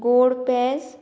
गोड पेज